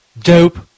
Dope